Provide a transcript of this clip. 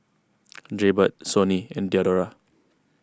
Jaybird Sony and Diadora